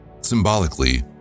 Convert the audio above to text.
Symbolically